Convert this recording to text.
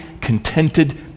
contented